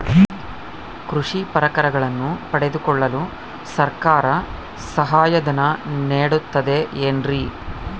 ಕೃಷಿ ಪರಿಕರಗಳನ್ನು ಪಡೆದುಕೊಳ್ಳಲು ಸರ್ಕಾರ ಸಹಾಯಧನ ನೇಡುತ್ತದೆ ಏನ್ರಿ?